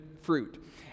fruit